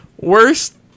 Worst